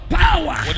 power